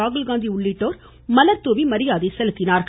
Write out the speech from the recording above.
ராகுல்காந்தி உள்ளிட்டோர் மலர்தூவி மரியாதை செலுத்தினார்